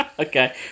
Okay